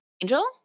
Angel